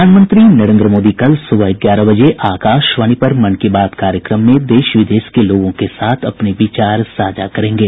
प्रधानमंत्री नरेन्द्र मोदी कल सुबह ग्यारह बजे आकाशवाणी पर मन की बात कार्यक्रम में देश विदेश के लोगों के साथ अपने विचार साझा करेंगे